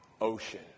ocean